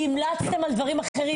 כי המלצתם על דברים אחרים,